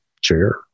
chair